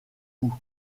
cou